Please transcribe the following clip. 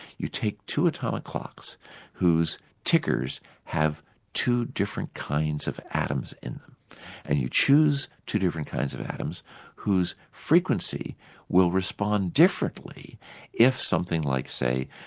you take two atomic clocks whose tickers have two different kinds of atoms in them and you choose two different kinds of atoms whose frequency will respond differently if something like, say,